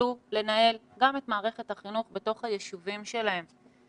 יוכלו לנהל גם את מערכת החינוך בתוך היישובים שלהם.